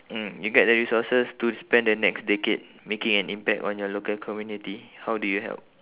mm you get the resources to spend the next decade making an impact on your local community how do you help